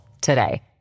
today